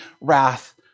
wrath